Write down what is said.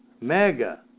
mega